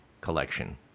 collection